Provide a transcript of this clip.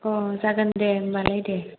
अ जागोन दे होमब्लालाय दे